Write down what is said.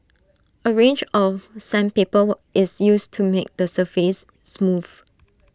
A range of sandpaper were is used to make the surface smooth